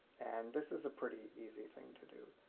and this is a pretty easy thing to do.